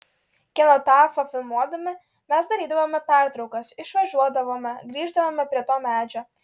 kenotafą filmuodami mes darydavome pertraukas išvažiuodavome grįždavome prie to medžio